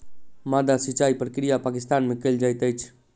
माद्दा सिचाई प्रक्रिया पाकिस्तान में कयल जाइत अछि